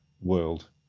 world